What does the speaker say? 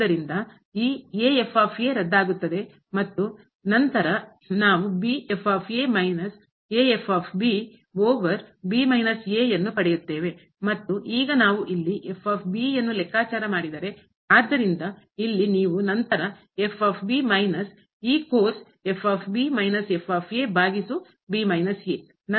ಆದ್ದರಿಂದ ಈ ರದ್ದಾಗುತ್ತದೆ ಮತ್ತು ನಂತರ ನಾವು b ಓವರ್ ಯನ್ನು ಪಡೆಯುತ್ತೇವೆ ಮತ್ತು ಈಗ ನಾನು ಇಲ್ಲಿ f ಯನ್ನು ಲೆಕ್ಕಾಚಾರ ಮಾಡಿದರೆ ಆದ್ದರಿಂದ ಇಲ್ಲಿ ನೀವು ನಂತರ f ಮೈನಸ್ ಈ ಕೋರ್ಸ್ಮ ಭಾಗಿಸು ನಂತರ ಇಲ್ಲಿ b